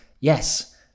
Yes